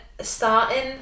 starting